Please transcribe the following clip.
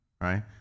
Right